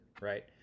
Right